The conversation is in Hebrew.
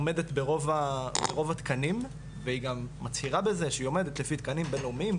עומדת ברוב התקנים והיא גם מצהירה בזה שהיא עומדת לפי תקנים בינלאומיים,